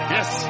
Yes